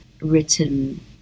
written